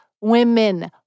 women